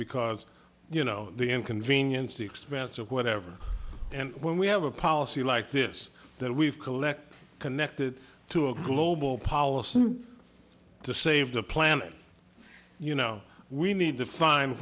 because you know the inconvenience the expense of whatever and when we have a policy like this that we've collected connected to a global policy to save the planet you know we need to find